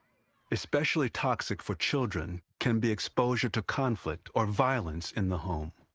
especially toxic for children can be exposure to conflict or violence in the home.